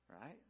Right